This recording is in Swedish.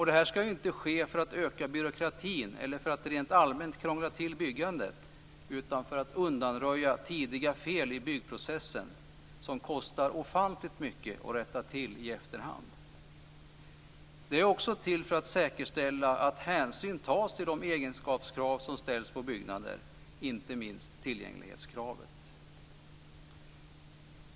Det här ska ju inte ske för att öka byråkratin eller för att rent allmänt krångla till byggandet, utan för att undanröja tidiga fel i byggprocessen som kostar ofantligt mycket att rätta till i efterhand. Det är också till för att säkerställa att hänsyn tas till de egenskapskrav som ställs på byggnader, inte minst tillgänglighetskravet.